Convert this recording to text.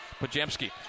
Pajemski